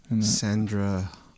Sandra